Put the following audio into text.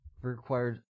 required